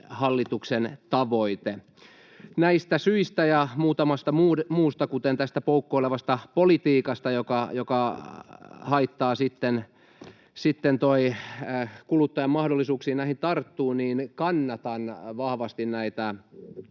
hallituksen tavoite. Näistä syistä ja muutamasta muusta, kuten tästä poukkoilevasta politiikasta, joka haittaa kuluttajan mahdollisuuksia näihin tarttua, kannatan vahvasti näitä